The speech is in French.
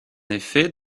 effet